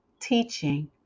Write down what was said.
teaching